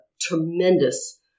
tremendous